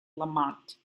lamont